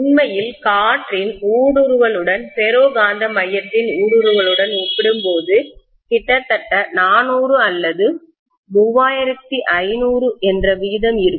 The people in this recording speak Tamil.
உண்மையில் காற்றின் ஊடுருவலுடன் ஃபெரோ காந்த மையத்தின் ஊடுருவலுடன் ஒப்பிடும்போது கிட்டத்தட்ட 4000 அல்லது 3500 என்ற விகிதம் இருக்கும்